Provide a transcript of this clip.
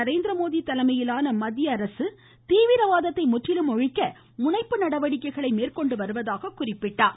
நரேந்திரமோடி தலைமையிலான மத்திய அரசு தீவிரவாதத்தை முற்றிலும் ஒழிக்க முனைப்பு நடவடிக்கைகளை மேற்கொண்டு வருவதாக கூறினார்